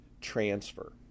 transfer